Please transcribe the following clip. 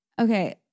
Okay